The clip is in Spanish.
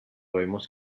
vemos